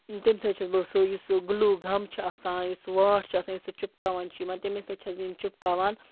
تَمہِ سۭتۍ چھَس بہٕ سُہ یُس سُہ گُلوٗ گَم چھِ آسان یُس سُہ واٹھ چھِ آسان یُس سُہ چِپکاوان چھِ یِمَن تٔمی سۭتۍ چھَس بہٕ یِم چِپکاوان